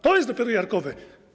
To jest dopiero jarkowe.